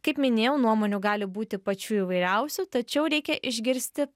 kaip minėjau nuomonių gali būti pačių įvairiausių tačiau reikia išgirsti